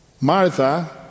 Martha